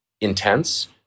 intense